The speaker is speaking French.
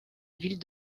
ville